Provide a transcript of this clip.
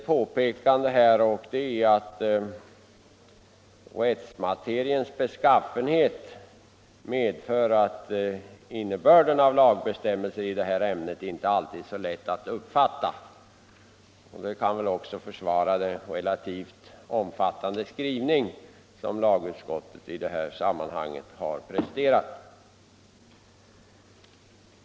Lagrådet tillägger emellertid att av rättsmateriens beskaffenhet följer att innebörden av lagbestämmelser i ämnet inte alltid är så lätt att uppfatta. Det kan försvara den relativt omfattande skrivning som lagutskottet i detta sammanhang har presterat.